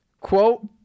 Quote